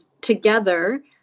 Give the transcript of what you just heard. together